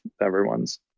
everyone's